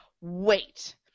Wait